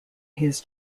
his